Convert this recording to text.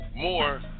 more